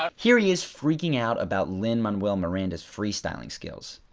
um here, he's freaking out about lin-manuel miranda's freestyling skills.